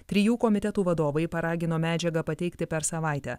trijų komitetų vadovai paragino medžiagą pateikti per savaitę